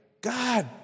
God